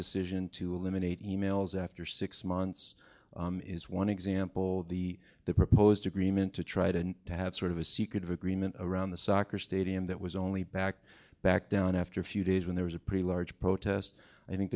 decision to eliminate e mails after six months is one example of the the proposed agreement to try to to have sort of a secretive agreement around the soccer stadium that was only back back down after a few days when there was a pretty large protest i think